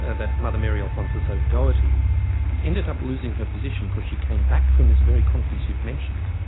that mother mary alphonsus o'doherty ended up losing her position because she came back from this very conference you've mentioned,